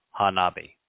Hanabi